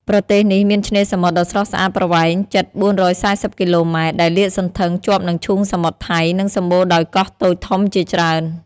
ប្រទេសនេះមានឆ្នេរសមុទ្រដ៏ស្រស់ស្អាតប្រវែងជិត ៤៤០ គីឡូម៉ែត្រ ដែលលាតសន្ធឹងជាប់នឹងឈូងសមុទ្រថៃ និងសម្បូរដោយកោះតូចធំជាច្រើន។